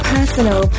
Personal